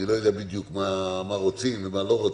לא יודע בדיוק מה רוצים ומה לא רוצים,